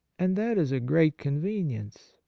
and that is a great convenience,